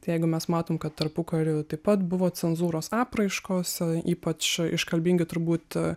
jeigu mes matom kad tarpukariu taip pat buvo cenzūros apraiškos o ypač iškalbingi turbūt